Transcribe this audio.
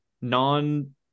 non